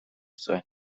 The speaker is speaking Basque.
zuen